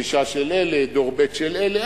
דרישות של אלה, דור ב' של אלה.